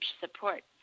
support